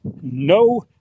no